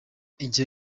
icyo